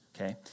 okay